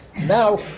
Now